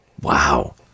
Wow